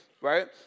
right